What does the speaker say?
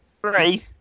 Three